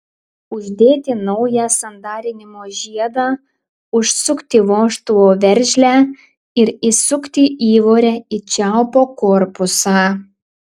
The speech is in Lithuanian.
uždėti naują sandarinimo žiedą užsukti vožtuvo veržlę ir įsukti įvorę į čiaupo korpusą